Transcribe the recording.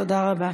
תודה רבה.